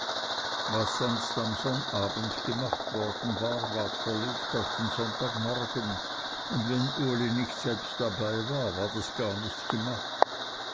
was sonst am samstag gemacht worden war ward verlegt auf den sonntagmorgen und wenn uli nicht selbst dabei war ward es gar nicht gemacht